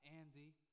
Andy